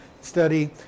study